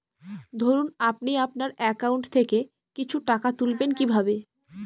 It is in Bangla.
ধরুন আপনি আপনার একাউন্ট থেকে কিছু টাকা তুলবেন কিভাবে?